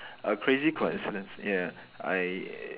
a crazy coincidence ya I i~